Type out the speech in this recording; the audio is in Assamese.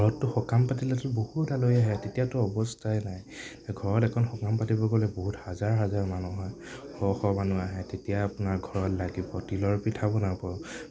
ঘৰততো সকাম পাতিলেতো বহুত আলহী আহে তেতিয়াতো অৱস্থাই নাই ঘৰত এখন সকাম পাতিব গ'লে বহুত হাজাৰ হাজাৰ মানুহ হয় শ শ মানুহ আহে তেতিয়া আপোনাৰ ঘৰত লাগিব তিলৰ পিঠা বনাব